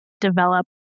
develop